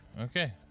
okay